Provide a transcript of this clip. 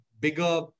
bigger